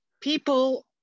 People